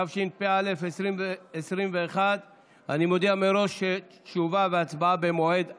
התשפ"א 2021. אני מודיע מראש שתשובה והצבעה במועד אחר.